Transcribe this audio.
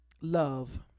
love